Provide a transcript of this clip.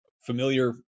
familiar